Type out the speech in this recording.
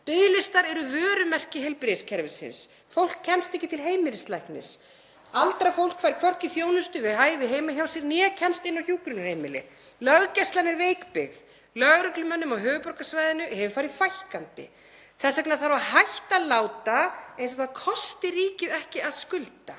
Biðlistar eru vörumerki heilbrigðiskerfisins. Fólk kemst ekki til heimilislæknis. Aldrað fólk fær hvorki þjónustu við hæfi heima hjá sér né kemst inn á hjúkrunarheimili. Löggæslan er veikbyggð. Lögreglumönnum á höfuðborgarsvæðinu hefur farið fækkandi. Þess vegna þarf að hætta að láta eins og það kosti ríkið ekki að skulda,